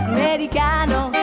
Americano